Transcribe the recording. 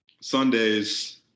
Sundays